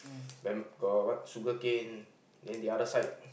vamp~ got what sugar cane then the other side